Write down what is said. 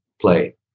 play